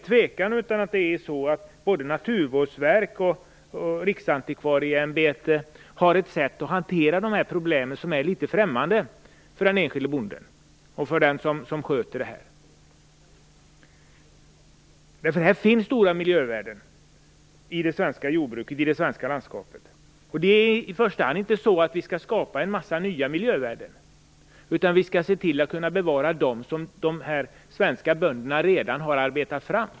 Det råder inget tvivel om att både Naturvårdsverket och Riksantikvarieämbetet har ett sätt att hantera dessa problem på som känns litet främmande för den enskilde bonden. Det finns stora miljövärden i det svenska jordbruket och i det svenska landskapet. Vi skall inte i första hand skapa nya miljövärden, utan vi skall se till att kunna bevara dem som de svenska bönderna redan har arbetat fram.